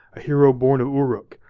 a hero born of uruk.